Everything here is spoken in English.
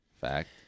Fact